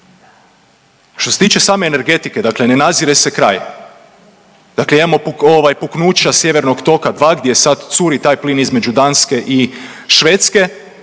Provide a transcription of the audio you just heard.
Što se tiče same energetike, dakle ne nadzire se kraj. Dakle, imamo puknuća Sjevernog toga 2 gdje sad curi taj plin između Danske i Švedske